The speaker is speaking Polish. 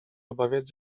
obawiać